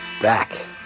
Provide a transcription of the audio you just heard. back